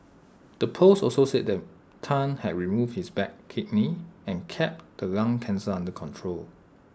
the post also said that Tan had removed his bad kidney and kept the lung cancer under control